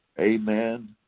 Amen